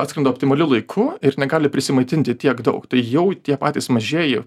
atskrenda optimaliu laiku ir negali prasimaitinti tiek daug tai jau tie patys mažieji